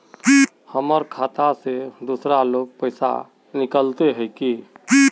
हमर खाता से दूसरा लोग पैसा निकलते है की?